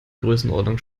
größenordnung